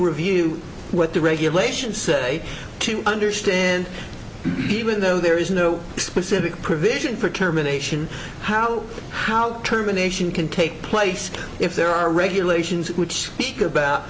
review what the regulations say to understand even though there is no specific provision for terminations how how terminations can take place if there are regulations which